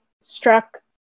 struck